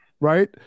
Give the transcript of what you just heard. right